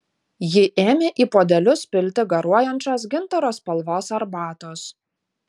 ji ėmė į puodelius pilti garuojančios gintaro spalvos arbatos